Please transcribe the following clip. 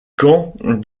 camp